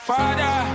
Father